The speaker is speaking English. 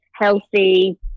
healthy